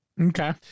Okay